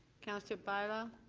councillor bailao.